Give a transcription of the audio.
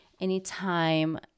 Anytime